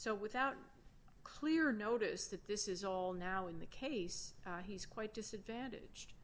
so without clear notice that this is all now in the case he's quite disadvantage